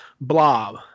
blob